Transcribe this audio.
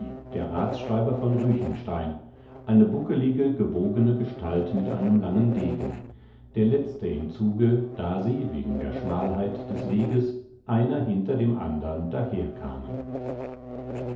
der ratsschreiher von ruechenstein eine buckelige gebogene gestalt mit einem langen degen der letzte im zuge da sie wegen der schmalheit des weges einer hinter dem andern daherkamen